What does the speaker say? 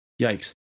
Yikes